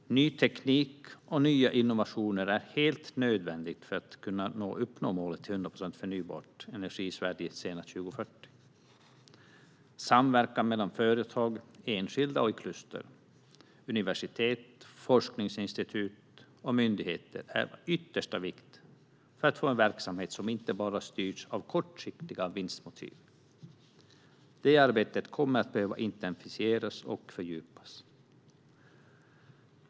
Ny teknik och nya innovationer är helt nödvändiga för att man ska kunna uppnå målet om 100 procent förnybar energi i Sverige senast 2040. Samverkan mellan företag, enskilda och i kluster, universitet, forskningsinstitut och myndigheter är av yttersta vikt för att man ska få en verksamhet som inte bara styrs av kortsiktiga vinstmotiv. Det arbetet kommer att behöva intensifieras och fördjupas.